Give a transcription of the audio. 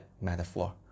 metaphor